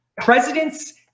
presidents